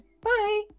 Bye